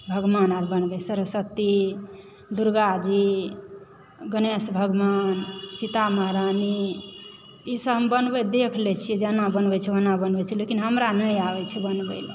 भगवान अर बनबैत सरस्वती दुर्गाजी गणेश भगवान सीता महरानी ईसभ हम बनबैत देख लैत छियै जे अना बनबै छै ओना बनबैत छै लेकिन हमरा नहि आबैत छै बनबयलऽ